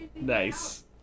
Nice